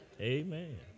Amen